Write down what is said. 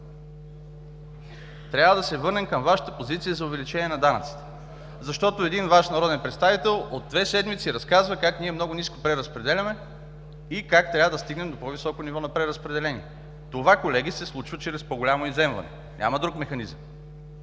трябва да се върнем към Вашата позиция за увеличение на данъците. (Обръща се към лявата страна на залата.) Защото един Ваш народен представител от две седмици разказва как ние много ниско преразпределяме и как трябва да стигнем до по-високо ниво на преразпределение. Това, колеги, се случва чрез по-голямо изземване. Няма друг механизъм!